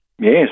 Yes